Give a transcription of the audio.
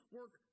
work